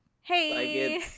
hey